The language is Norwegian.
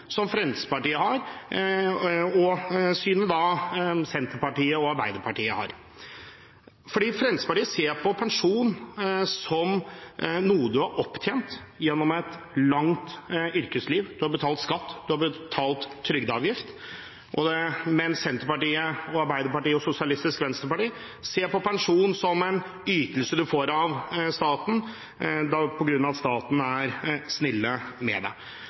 som Senterpartiet og Arbeiderpartiet har. Fremskrittspartiet ser på pensjon som noe man har opptjent gjennom et langt yrkesliv: Man har betalt skatt, man har betalt trygdeavgift. Mens Senterpartiet, Arbeiderpartiet og Sosialistisk Venstreparti ser på pensjon som en ytelse man får av staten, på grunn av at staten er snill med deg. Det